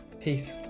peace